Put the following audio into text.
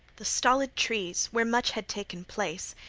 the stolid trees, where much had taken place,